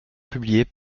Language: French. publiés